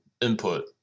input